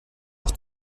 auch